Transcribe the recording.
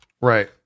right